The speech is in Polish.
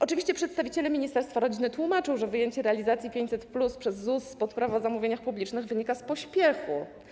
Oczywiście przedstawiciele ministerstwa rodziny tłumaczą, że wyjęcie realizacji 500+ przez ZUS spod Prawa zamówień publicznych wynika z pośpiechu.